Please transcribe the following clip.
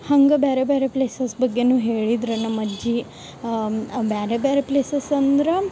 ಹಂಗೆ ಬ್ಯಾರೆ ಬ್ಯಾರೆ ಪ್ಲೇಸೆಸ್ ಬಗ್ಗೆನು ಹೇಳಿದ್ರ ನಮ್ಮಜ್ಜಿ ಬ್ಯಾರೆ ಬ್ಯಾರೆ ಪ್ಲೇಸಸ್ ಅಂದ್ರ